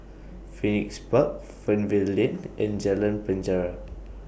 Phoenix Park Fernvale Lane and Jalan Penjara